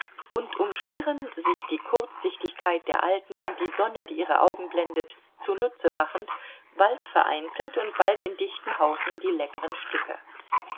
und umschwirren sich die kurzsichtigkeit der alten und die sonne die ihre augen blendet zunutze machend bald vereinzelt und bald in dichten haufen die leckeren stücke